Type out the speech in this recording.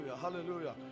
hallelujah